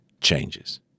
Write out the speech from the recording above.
changes